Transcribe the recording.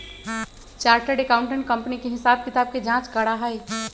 chartered accountant company के हिसाब किताब के जाँच करा हई